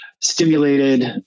stimulated